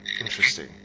Interesting